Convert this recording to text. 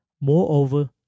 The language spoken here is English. Moreover